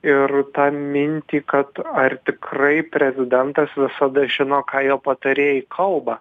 ir tą mintį kad ar tikrai prezidentas visada žino ką jo patarėjai kalba